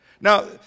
Now